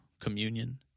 communion